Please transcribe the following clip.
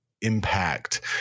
impact